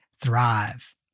thrive